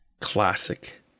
classic